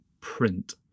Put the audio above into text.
print